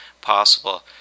possible